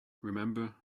remember